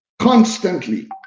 constantly